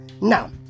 Now